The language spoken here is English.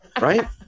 Right